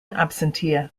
absentia